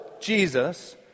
Jesus